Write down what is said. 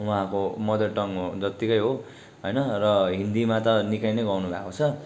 उहाँको mother tongue हो जत्तिकै हो होइन र हिन्दीमा त निकै नै गाउनुभएको छ